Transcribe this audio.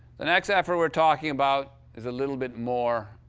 the next effort we're talking about is a little bit more.